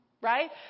Right